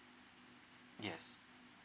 yes